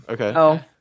Okay